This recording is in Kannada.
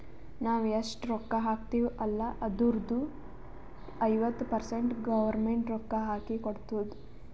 ನಾವ್ ಎಷ್ಟ ರೊಕ್ಕಾ ಹಾಕ್ತಿವ್ ಅಲ್ಲ ಅದುರ್ದು ಐವತ್ತ ಪರ್ಸೆಂಟ್ ಗೌರ್ಮೆಂಟ್ ರೊಕ್ಕಾ ಹಾಕಿ ಕೊಡ್ತುದ್